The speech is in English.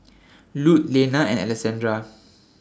Lute Lenna and Alessandra